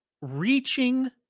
reaching